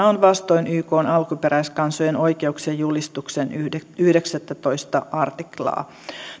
on vastoin ykn alkuperäiskansojen oikeuksien julistuksen yhdeksästoista artiklaa